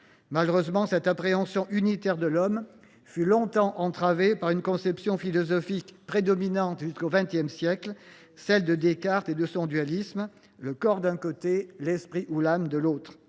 Malheureusement, cette appréhension unitaire de l’homme fut longtemps entravée par une conception philosophique prédominante jusqu’au XX siècle, celle de Descartes et de son dualisme : le corps d’un côté, l’esprit ou l’âme de l’autre.